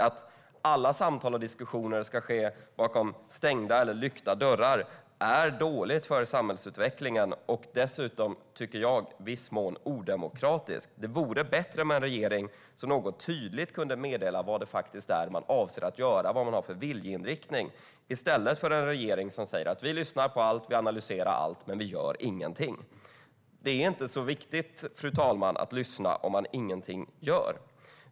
Att alla samtal och diskussioner ska ske bakom lyckta dörrar är dåligt för samhällsutvecklingen och dessutom, tycker jag, i viss mån odemokratiskt. Det vore bättre med en regering som tydligt kunde meddela vad det faktiskt är man avser att göra, vad man har för viljeinriktning, än en regering som säger: Vi lyssnar på allt och analyserar allt, men vi gör ingenting. Det är inte så viktigt, fru talman, att lyssna om man ingenting gör.